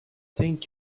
thank